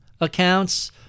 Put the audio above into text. accounts